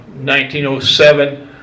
1907